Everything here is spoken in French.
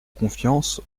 confiance